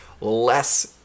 less